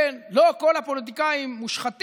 כן, לא כל הפוליטיקאים מושחתים.